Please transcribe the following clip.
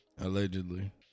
Allegedly